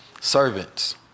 servants